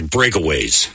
Breakaways